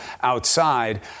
outside